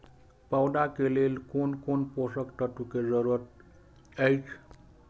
पौधा के लेल कोन कोन पोषक तत्व के जरूरत अइछ?